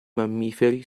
mammiferi